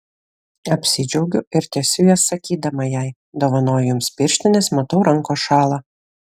apsidžiaugiu ir tiesiu jas sakydama jai dovanoju jums pirštines matau rankos šąla